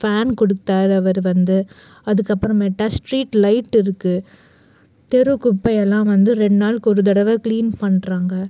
fan கொடுத்தாரு அவர் வந்து அதுக்கப்புறமேட்டு ஸ்ட்ரீட் லைட் இருக்குது தெரு குப்பையெல்லாம் வந்து ரெண்டு நாள் ஒரு தடவை க்ளீன் பண்ணுறாங்க